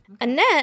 Annette